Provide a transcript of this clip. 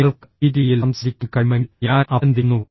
നിങ്ങൾക്ക് ഈ രീതിയിൽ സംസാരിക്കാൻ കഴിയുമെങ്കിൽ ഞാൻ അഭിനന്ദിക്കുന്നു